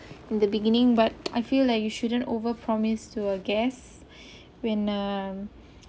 in the beginning but I feel like you shouldn't over promise to a guest when um